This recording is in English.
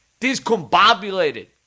discombobulated